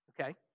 okay